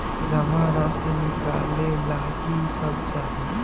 जमा राशि नकालेला कि सब चाहि?